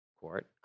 court